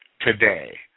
today